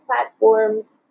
platforms